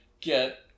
get